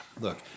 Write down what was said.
look